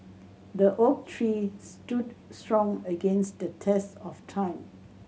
the oak tree stood strong against the test of time